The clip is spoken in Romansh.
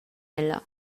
ella